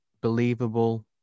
believable